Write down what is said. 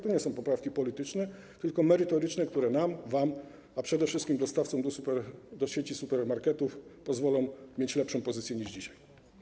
To nie są poprawki polityczne, tylko merytoryczne, które nam, wam, a przede wszystkim dostawcom do sieci supermarketów pozwolą mieć lepszą pozycję niż dzisiaj.